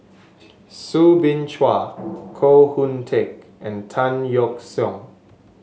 Soo Bin Chua Koh Hoon Teck and Tan Yeok Seong